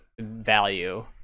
value